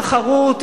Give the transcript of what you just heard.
תחרות,